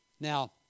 Now